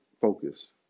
focus